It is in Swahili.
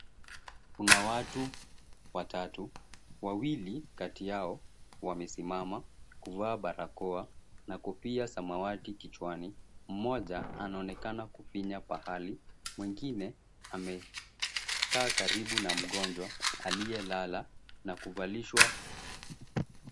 Kuna watu watatu, wawili kati yao wamesimama kuvaa barakoa na kofia samawati kichwani. Mmoja anaonekana kufinya pahali, mwingine amekaa karibu na mgonjwa aliyelala na kuvalishwa.